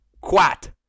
quat